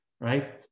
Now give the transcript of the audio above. right